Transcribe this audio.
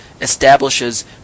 establishes